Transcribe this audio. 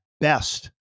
best